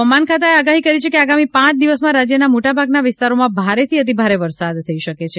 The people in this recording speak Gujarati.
હવામાન ખાતાએ આગાહી કરી છે કે આગામી પાંચ દિવસમાં રાજ્યના મોટાભાગના વિસ્તારોમાં ભારેથી અતિ ભારે વરસાદ થઈ શકે છે